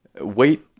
Wait